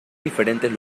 diferentes